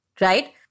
right